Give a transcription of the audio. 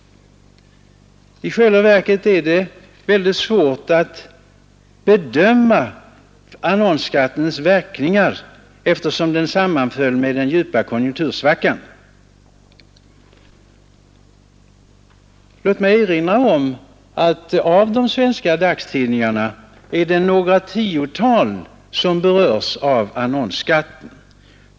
I själva verket är det väldigt svårt att bedöma annonsskattens verkningar, eftersom den sammanföll med den djupa konjunktursvackan. Låt mig erinra om att av de svenska dagstidningarna är det några tiotal som berörs av annonsskatten.